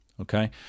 Okay